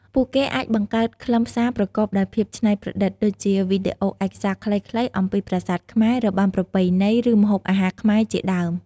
ពួកគេអាចបង្កើតខ្លឹមសារប្រកបដោយភាពច្នៃប្រឌិត ដូចជាវីដេអូឯកសារខ្លីៗអំពីប្រាសាទខ្មែរ របាំប្រពៃណី ឬម្ហូបអាហារខ្មែរជាដើម។